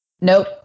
Nope